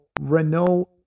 Renault